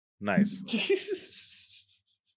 Nice